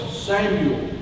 Samuel